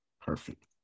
Perfect